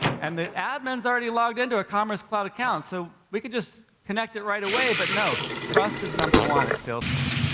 and the admin's already logged into a commerce cloud account. so we could just connect it right away, but no, trust is number one at salesforce.